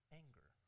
anger